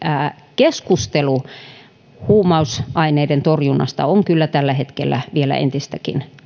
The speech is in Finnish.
keskustelu huumausaineiden torjunnasta on kyllä tällä hetkellä vielä entistäkin